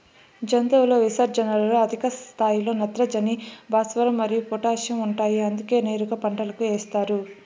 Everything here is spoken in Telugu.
జంతువుల విసర్జనలలో అధిక స్థాయిలో నత్రజని, భాస్వరం మరియు పొటాషియం ఉంటాయి అందుకే నేరుగా పంటలకు ఏస్తారు